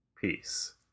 Peace